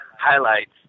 highlights